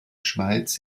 schweiz